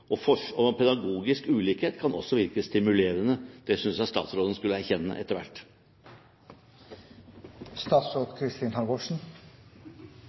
går på tradisjon. Pedagogisk ulikhet kan også virke stimulerende – det synes jeg statsråden skulle erkjenne etter hvert.